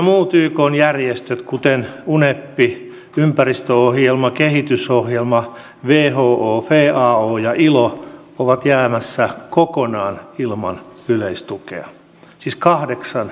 muut ykn järjestöt kuten unep ympäristöohjelma kehitysohjelma who fao ja ilo ovat jäämässä kokonaan ilman yleistukea siis kahdeksan järjestöä